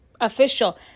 official